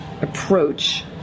approach